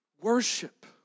Worship